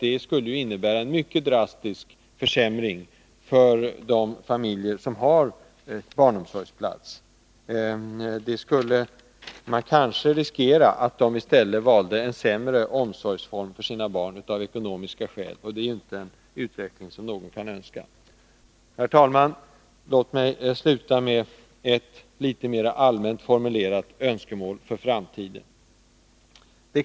Det skulle ju innebära en mycket drastisk försämring för de familjer som har barnomsorgsplats. Man skulle kanske riskera att föräldrarna av ekonomiska skäl i stället valde en sämre omsorgsform för sina barn. Det är inte en utveckling som någon kan önska. Herr talman! Låt mig sluta med ett litet mera allmänt formulerat önskemål för framtiden.